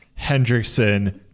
Hendrickson